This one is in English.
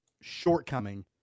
shortcoming